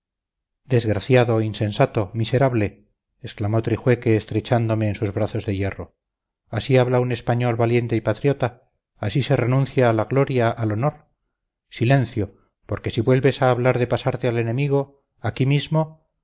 desgraciado insensato miserable exclamó trijueque estrechándome en sus brazos de hierro así habla un español valiente y patriota así se renuncia a la gloria al honor silencio porque si vuelves a hablar de pasarte al enemigo aquí mismo